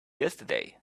yesterday